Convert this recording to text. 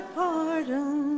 pardon